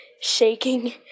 shaking